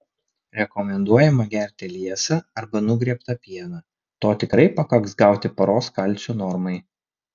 rekomenduojama gerti liesą arba nugriebtą pieną to tikrai pakaks gauti paros kalcio normai